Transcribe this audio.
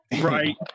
Right